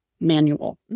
manual